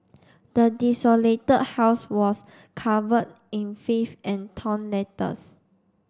the desolated house was covered in filth and torn letters